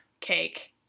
Cake